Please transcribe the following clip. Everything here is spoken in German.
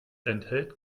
enthält